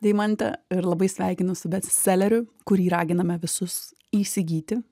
deimante ir labai sveikinu su bestseleriu kurį raginame visus įsigyti